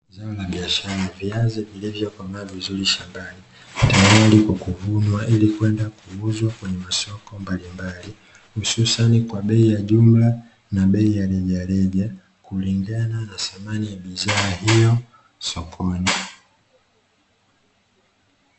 Zao la biashara ya viazi vilivyokomaa vizuri shambani tayari kwa kuvunwa ili kwenda kuuzwa kwenye masoko mbalimbali hususani kwa bei ya jumla na bei ya rejareja kulingana na thamani ya bidhaa hiyo sokoni.